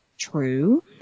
true